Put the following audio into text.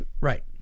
Right